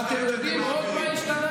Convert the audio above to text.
ואתם יודעים מה עוד השתנה?